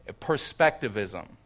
Perspectivism